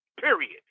period